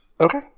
Okay